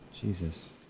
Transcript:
jesus